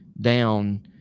down